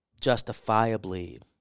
justifiably